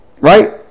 right